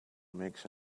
makes